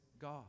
God